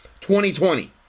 2020